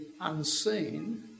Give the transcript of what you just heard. unseen